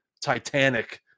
Titanic